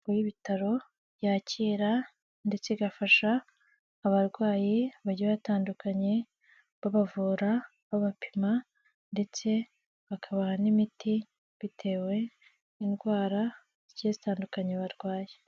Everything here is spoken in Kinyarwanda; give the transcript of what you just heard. Y'ibitaro yakira ndetse igafasha abarwayi bagiya batandukanye babavura, babapima, ndetse bakabaha n'imiti bitewe n'indwara zitandukanye barwaye.